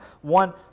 one